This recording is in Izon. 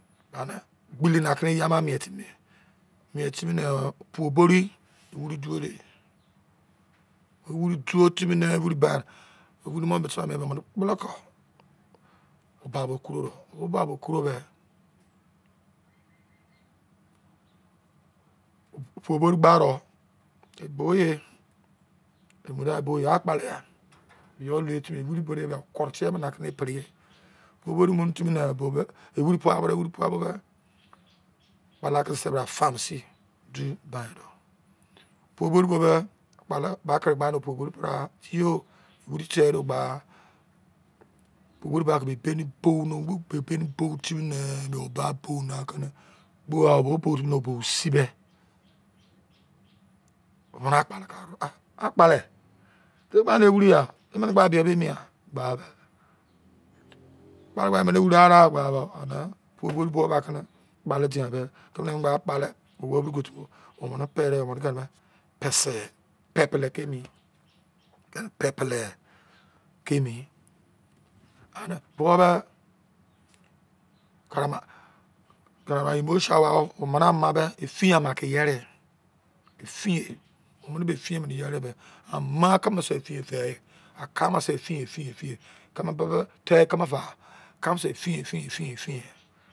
Ane gbele na kere iye ma mien timi mien timi nee pu obori wiri dou de wiri dou timi wiri ba wiri ba mise bra mien ne emene kpolo ko o ba bo koro ro oba bo koro be opu obiri gba ro e bo ye e bo do bo ye akpale ya yo le timi wiri bo de ye okori tie mo na ke preye ba wiri mu timi ne bo be wiri pai bo de wiri pai bo de kala ke de se brah fa mu sin te do pa ro opu obiri kpo be akpale gba kere gba ke opu obiri pre feye o wiri te do ogba wiri ebi mu baini bo no baini bo timi nee me oba bo ne kene bo otu bo osi be omene akpale ka are ah akpale te ke ba me wiri ya emene gba be emi yo be emi yan? gba be akpale emene wiri area opu obori buwo bo kene akpale dia me ke ne akpale owu biri ke tubo umene pere kene pese pepele ke emi ke ne pepele ke emi ane bo be kara ama umu suower ka emi ifiyen ama ke yere infiyen umene ba ifi ye bo mu yere be ama se keme se ifi ye fe akamase ifiye ifiye ifiye keme bebe te keme f ama se ifiye ifiyen ifi yen